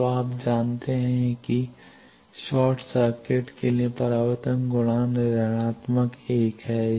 तो आप जानते हैं कि शॉर्ट सर्किट के लिए परावर्तन गुणांक ऋणात्मक 1 है